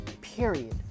period